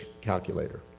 calculator